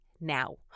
now